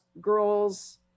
girls